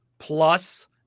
Plus